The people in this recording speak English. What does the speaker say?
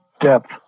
depth